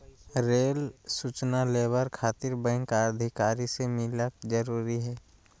Rail सूचना लेबर खातिर बैंक अधिकारी से मिलक जरूरी है?